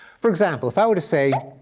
for example, if i were to say,